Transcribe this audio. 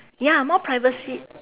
ya more privacy